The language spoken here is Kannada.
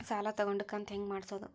ಸಾಲ ತಗೊಂಡು ಕಂತ ಹೆಂಗ್ ಮಾಡ್ಸೋದು?